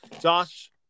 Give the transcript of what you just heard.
josh